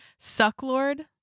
Sucklord